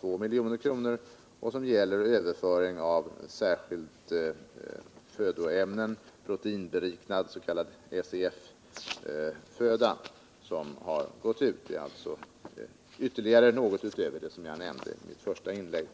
på 2 miljoner gällande särskilt födoämnen. Det är proteinberikad s.k. SEF-föda som har sänts ut. Det är alltså ytterligare något utöver det som jag nämnde i mitt första inlägg.